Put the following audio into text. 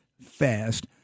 fast